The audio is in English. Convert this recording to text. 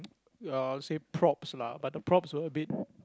uh say props lah but the props were a bit